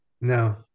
No